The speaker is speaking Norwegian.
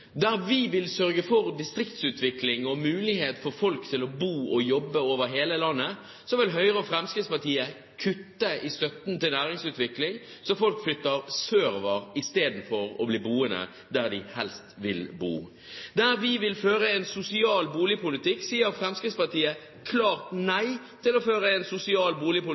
Der vi vil sørge for distriktsutvikling og mulighet for folk til å bo og jobbe over hele landet, vil Høyre og Fremskrittspartiet kutte i støtten til næringsutvikling, slik at folk flytter sørover i stedet for å bli boende der de helst vil bo. Der vi vil føre en sosial boligpolitikk, sier Fremskrittspartiet klart nei til å føre en sosial